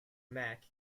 mac